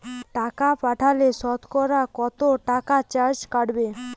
টাকা পাঠালে সতকরা কত টাকা চার্জ কাটবে?